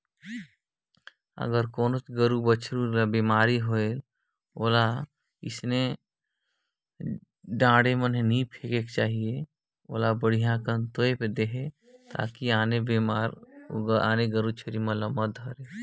अइसन बेमारी में जेन पसू के मउत हो जाथे तेला खुल्ला जघा में नइ फेकना चाही